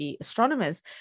Astronomers